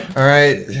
alright,